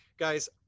guys